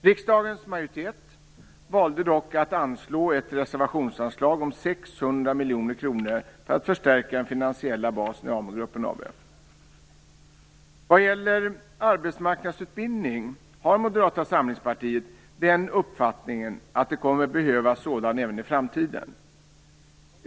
Riksdagens majoritet valde dock att bevilja ett reservationsanslag om 600 miljoner kronor för att förstärka den finansiella basen i AmuGruppen AB. Moderata samlingspartiet har uppfattningen att det kommer att behövas arbetsmarknadsutbildning även i framtiden.